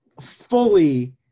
fully